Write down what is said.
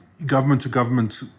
government-to-government